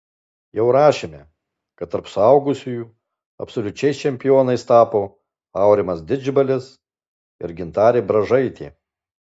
jau rašėme kad tarp suaugusiųjų absoliučiais čempionais tapo aurimas didžbalis ir gintarė bražaitė